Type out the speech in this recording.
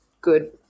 good